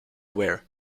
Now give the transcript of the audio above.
wear